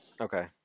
Okay